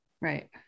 Right